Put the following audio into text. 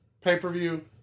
pay-per-view